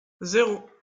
zéro